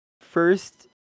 first